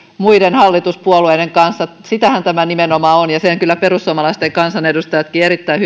muiden hallituspuolueiden kanssa sitähän tämä nimenomaan on ja sen kyllä perussuomalaisten kansanedustajatkin erittäin